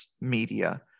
media